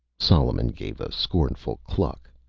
solomon gave a scornful cluck.